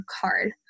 card